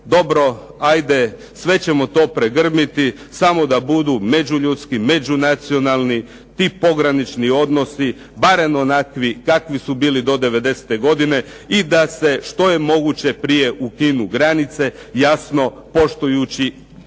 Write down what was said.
dobro ajde sve ćemo to pregrmiti samo da budu međuljudski, međunacionalni ti pogranični odnosi, barem onakvi kakvi su bili do '90. godine i da se što je moguće prije ukinu granice, jasno poštujući